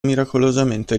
miracolosamente